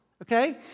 Okay